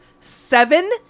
seven